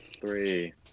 Three